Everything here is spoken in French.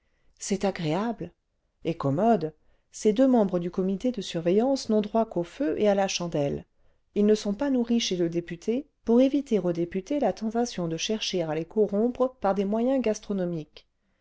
c'est agréable et commode ces deux membres du comité de surveillance n'ont droit qu'au feu et à la chandelle ils ne sont pas nourris chez le député pour éviter au député la tentation de chercher à les corrompre par des moyens gastronomiques